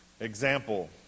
example